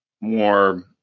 more